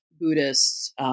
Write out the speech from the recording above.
Buddhists